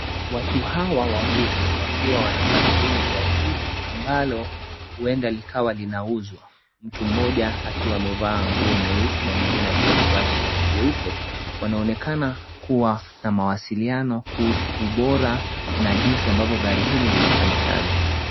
Watu hawa wawili wakiwa wanatathmini gari hili ambalo huwenda likawa linauzwa. Mtu mmoja akiwa amevaa nguo nyeusi na mwingine akiwa amevaa shati jeupe. Wanaonekana kuwa na mawasiliano kuhusu ubora na jinzi ambavyo gari hili linafanya kazi.